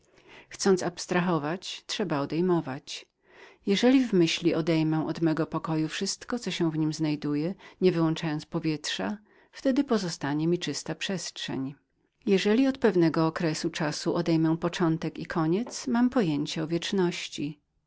chcąc odrywać trzeba odejmować jeżeli więc myślą odejmę od mego pokoju wszystko co się w nim znajduje aż do powietrza wtedy pozostanie mi czysta przestrzeń jeżeli od pewnego przedziału czasu odejmę początek i koniec mam pojęcie o wieczności